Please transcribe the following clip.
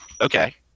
okay